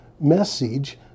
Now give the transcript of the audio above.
message